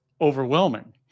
overwhelming